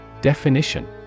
Definition